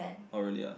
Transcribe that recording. oh really ah